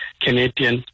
Canadian